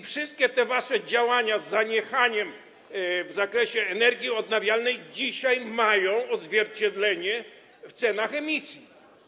Wszystkie wasze działania, zaniechania w zakresie energii odnawialnej dzisiaj mają odzwierciedlenie w cenach emisji.